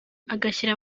agashyira